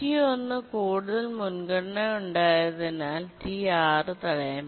T1 കൂടുതൽ മുൻഗണന ഉണ്ടായതിനാൽ T6 തടയാം